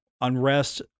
unrest